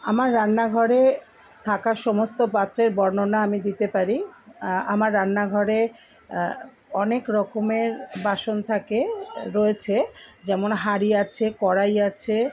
আমার রান্নাঘরে থাকা সমস্ত পাত্রের বর্ণনা আমি দিতে পারি আমার রান্নাঘরে অনেক রকমের বাসন থাকে রয়েছে যেমন হাঁড়ি আছে কড়াই আছে